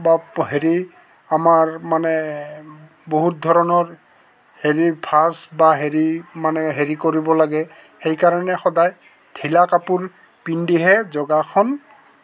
বা হেৰি আমাৰ মানে বহুত ধৰণৰ হেৰি ভাজ বা হেৰি মানে হেৰি কৰিব লাগে সেইকাৰণে সদায় ঢিলা কাপোৰ পিন্ধিহে যোগাসন